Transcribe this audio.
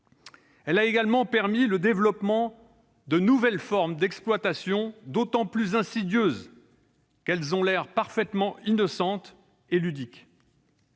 elle a également permis le développement de nouvelles formes d'exploitation, d'autant plus insidieuses qu'elles ont l'air parfaitement innocentes et ludiques.